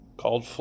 called